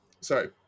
sorry